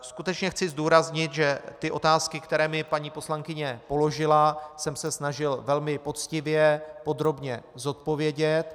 Skutečně chci zdůraznit, že otázky, které mi paní poslankyně položila, jsem se snažil velmi poctivě podrobně zodpovědět.